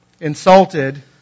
insulted